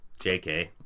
JK